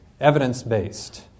evidence-based